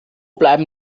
bleiben